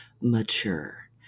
mature